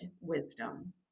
wisdom